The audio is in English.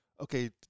Okay